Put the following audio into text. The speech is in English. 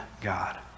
God